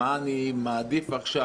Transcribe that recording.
מה אני מעדיף עכשיו,